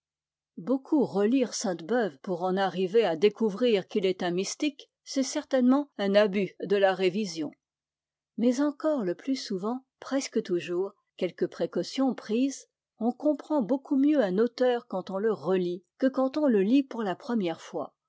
beaucoup relire sainte-beuve pour en arriver à découvrir qu'il est un mystique c'est certainement un abus de la révision mais encore le plus souvent presque toujours quelques précautions prises on comprend beaucoup mieux un auteur quand on le relit que quand on le lit pour la première fois